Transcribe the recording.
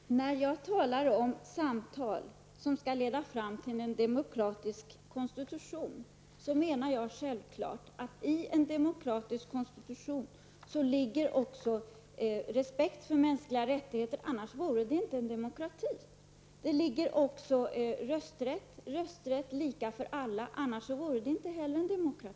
Fru talman! När jag talar om samtal som skall leda fram till en demokratisk konstitution, menar jag att det i en demokratisk konstitution också ligger respekt för mänskliga rättigheter, för annars vore det inte en demokrati. Det ingår dessutom rösträtt, lika för alla, för annars vore det inte heller en demokrati.